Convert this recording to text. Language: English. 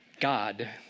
God